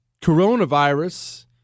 coronavirus